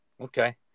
Okay